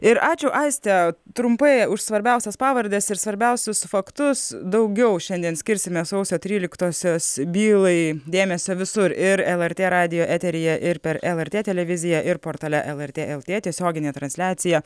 ir ačiū aiste trumpai už svarbiausias pavardes ir svarbiausius faktus daugiau šiandien skirsime sausio tryliktosios bylai dėmesio visur ir elartė radijo eteryje ir per elartė televiziją ir portale elartė eltė tiesioginė transliacija